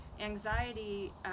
Anxiety